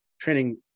training